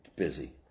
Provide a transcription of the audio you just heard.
busy